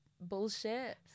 bullshit